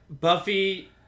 buffy